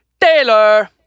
Taylor